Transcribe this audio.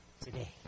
today